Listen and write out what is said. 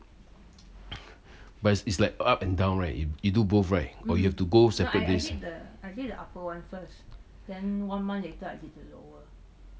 but it's it's like up and down right you you do both right or you have to go separate days